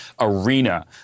arena